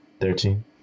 Thirteen